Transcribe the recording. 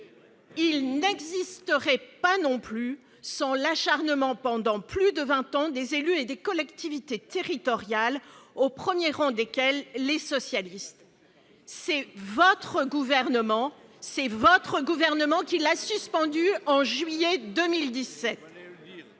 Il n'existerait pas non plus sans l'acharnement, pendant plus de vingt ans, des élus et des collectivités territoriales, au premier rang desquels les élus socialistes. C'est votre gouvernement qui l'a suspendu en juillet 2017